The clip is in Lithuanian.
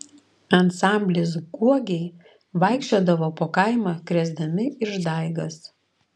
ansamblis guogiai vaikščiodavo po kaimą krėsdami išdaigas